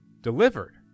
delivered